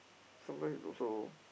sometimes it's also